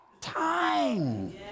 time